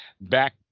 back